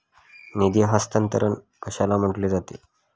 निधी हस्तांतरण कशाला म्हटले जाते?